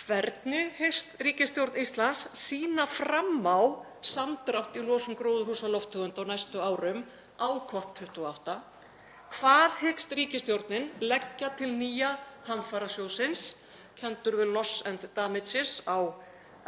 Hvernig hyggst ríkisstjórn Íslands sýna fram á samdrátt í losun gróðurhúsalofttegunda á næstu árum á COP28? Hvað hyggst ríkisstjórnin leggja til nýja hamfarasjóðsins, kenndur við Loss and Damage, á